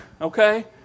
okay